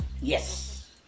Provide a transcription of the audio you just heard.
Yes